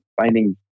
finding